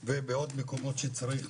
ובעוד מקומות שצריך,